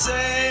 Say